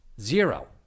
Zero